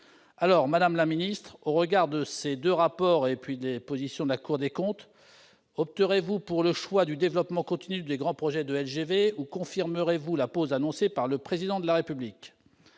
Madame la ministre, au regard de ces deux rapports et de la position de la Cour des comptes, opterez-vous pour le choix du développement continu des grands projets de LGV ou confirmerez-vous la pause annoncée par le Président de la République ?